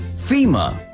femur.